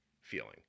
feeling